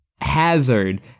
Hazard